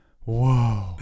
Whoa